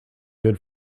good